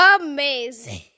Amazing